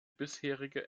bisherige